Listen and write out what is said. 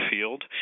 field